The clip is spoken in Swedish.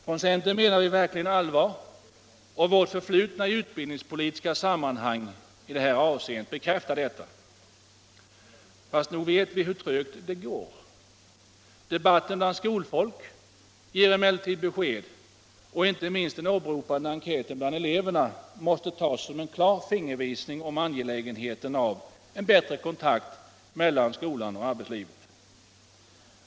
Från centern menar vi verkligen allvar, och vårt förflutna i utbildningspolitiska sammanhang bekräftar detta. Fast nog vet vi hur trögt det går. Debatten bland skolfolk ger emellertid besked, och inte minst den åberopade enkäten bland eleverna måste tas som en klar fingervisning om angelägenheten av en bättre kontakt mellan skola och arbetsliv.